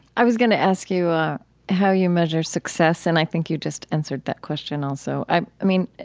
i was going to ask you ah how you measure success, and i think you just answered that question also. i i mean,